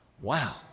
Wow